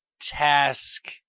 task